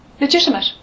legitimate